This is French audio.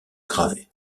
gravé